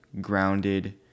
grounded